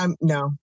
No